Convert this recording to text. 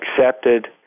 accepted